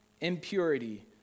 impurity